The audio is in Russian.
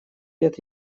лет